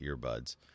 earbuds